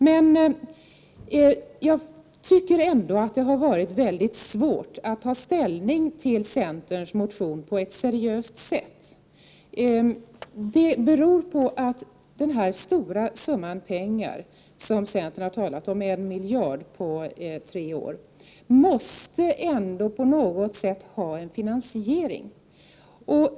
Ändå tycker jag att det har varit 13 december 1989 väldigt svårt att ta ställning till centerns motion på ett seriöst sätt. Det beror. QI på att den stora summa pengar som centern talar om, 1 miljard på tre år, ändå på något sätt måste finansieras.